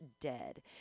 dead